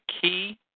key